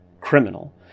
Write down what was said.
criminal